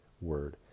word